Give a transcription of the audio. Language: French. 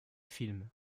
film